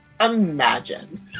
imagine